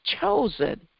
chosen